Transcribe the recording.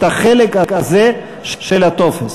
את החלק הזה של הטופס.